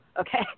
Okay